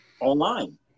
online